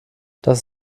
das